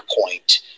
point